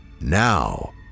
Now